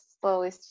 slowly